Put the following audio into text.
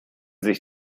sich